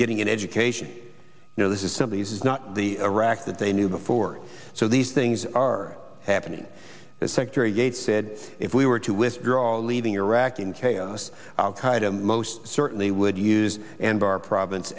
getting an education you know this is simply this is not the iraq that they knew before so these things are happening as secretary gates said if we were to withdraw leaving iraq in chaos al qaida most certainly would use and our province